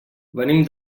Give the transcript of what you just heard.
venim